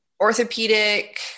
orthopedic